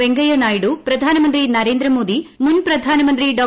വെങ്കയ്യനായിഡു പ്രധാന്മുന്തി നരേന്ദ്രമോദി മുൻ പ്രധാനമന്ത്രി ഡോ